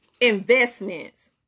investments